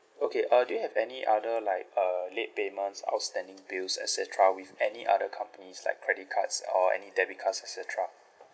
okay uh do you have any other like uh late payments outstanding bills et cetera with any other companies like credit cards or any debit cards et cetera